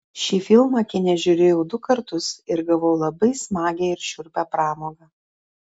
šį filmą kine žiūrėjau du kartus ir gavau labai smagią ir šiurpią pramogą